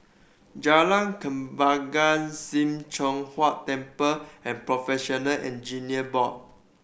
Jalan Kembangan Sim Choon Huat Temple and Professional Engineers Board